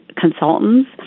consultants